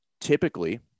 typically